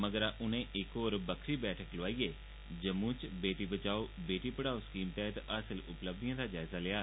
मगरा उनें इक होर बक्खरी बैठक लोआइयै जम्मू च बेटी बचाओ बेटी पढ़ओ सकीम तैह्त हासल उपलब्यिएं दा जायजा लेआ